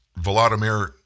Volodymyr